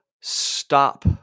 stop